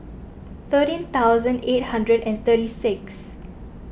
thirteen thousand eight hundred and thirty six